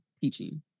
teaching